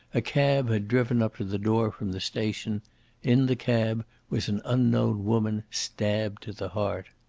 a cab had driven up to the door from the station in the cab was an unknown woman stabbed to the heart.